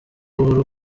uhuru